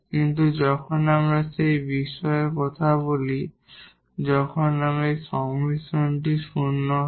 কিন্তু যখন আমরা সেই বিষয়ে কথা বলি যখন এই সংমিশ্রণটি 0 হয়